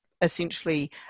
essentially